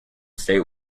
state